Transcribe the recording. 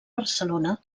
barcelona